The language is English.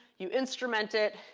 you instrument it,